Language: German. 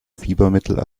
fiebermittel